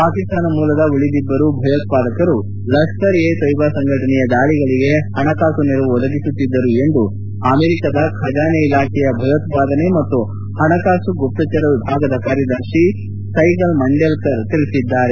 ಪಾಕಿಸ್ತಾನ ಮೂಲದ ಉಳಿದಿಬ್ಲರು ಭಯೋತ್ವಾದಕರು ಲಕ್ಷರ್ ಎ ತೊಯ್ಲಾ ಸಂಘಟನೆಯ ದಾಳಿಗಳಿಗೆ ಹಣಕಾಸು ನೆರವು ಒದಗಿಸುತ್ತಿದ್ದರು ಎಂದು ಅಮೆರಿಕಾದ ಖಜಾನೆ ಇಲಾಖೆಯ ಭಯೋತ್ವಾದನೆ ಮತ್ತು ಹಣಕಾಸು ಗುಪ್ತಚರ ವಿಭಾಗದ ಕಾರ್ಯದರ್ಶಿ ಸ್ನೆಗಲ್ ಮಂಡೇಲ್ಕರ್ ತಿಳಿಸಿದ್ಗಾರೆ